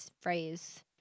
phrase